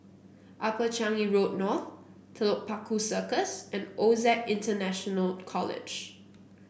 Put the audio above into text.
Upper Changi Road North Telok Paku Circus and OSAC International College